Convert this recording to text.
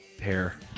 hair